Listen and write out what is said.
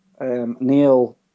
Neil